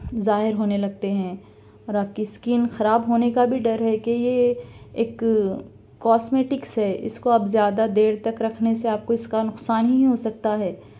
ظاہر ہونے لگتے ہیں اور آپ کی اسکن خراب ہونے کا بھی ڈر ہے کہ یہ ایک کوسمیٹکٹس ہے اس کو آپ زیادہ دیر تک رکھنے سے آپ کو اس کا نقصان ہی ہو سکتا ہے